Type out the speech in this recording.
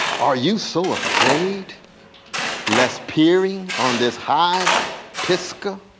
are you so afraid lest peering on this high pisgah.